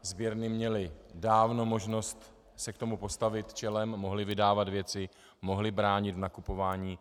Sběrny měly dávno možnost se k tomu postavit čelem, mohly vydávat věci, mohly bránit nakupování.